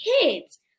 kids